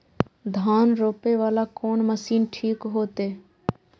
धान रोपे वाला कोन मशीन ठीक होते?